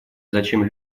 зачем